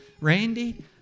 Randy